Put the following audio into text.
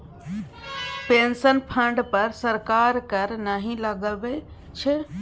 pension fund पर सरकार कर नहि लगबै छै